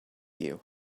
you